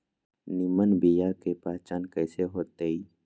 निमन बीया के पहचान कईसे होतई?